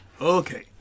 okay